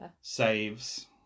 saves